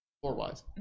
floor-wise